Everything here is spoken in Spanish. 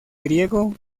griego